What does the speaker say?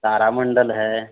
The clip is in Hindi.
तारा मण्डल है